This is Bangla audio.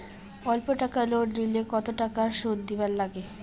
অল্প টাকা লোন নিলে কতো টাকা শুধ দিবার লাগে?